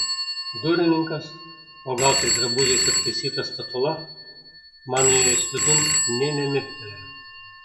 durininkas o gal tik drabužiais aptaisyta statula man įėjus vidun nė nemirktelėjo